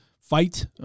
fight